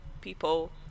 people